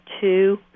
two